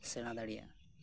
ᱥᱮᱬᱟ ᱫᱟᱲᱮᱭᱟᱜᱼᱟ